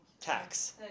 Tax